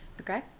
Okay